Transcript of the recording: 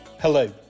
Hello